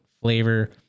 flavor